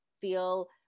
feel